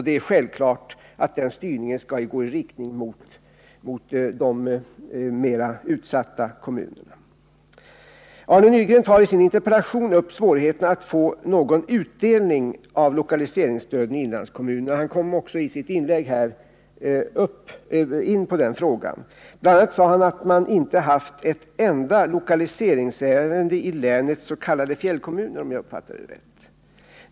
Det är självklart att den styrningen skall gå i riktning mot de mest utsatta kommunerna. Arne Nygren tar i sin interpellation upp svårigheterna med att få någon utdelning av lokaliseringsstödet i inlandskommunerna. Han kom också i sitt inlägg här in på den frågan. Bl.a. sade han att man inte haft ett enda lokaliseringsärende i länets s.k. fjällkommun, om jag uppfattade honom rätt.